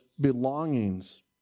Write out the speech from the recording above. belongings